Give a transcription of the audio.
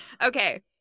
okay